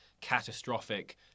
catastrophic